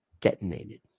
detonated